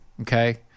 okay